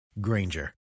Granger